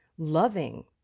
Loving